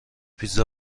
پیتزا